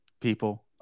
People